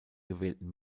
gewählten